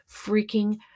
freaking